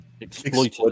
exploited